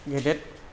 गेदेद